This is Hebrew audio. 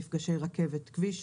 מפגשי רכבת-כביש,